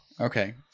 Okay